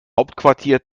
hauptquartier